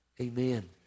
amen